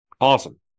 Awesome